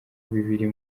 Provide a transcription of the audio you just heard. bibiri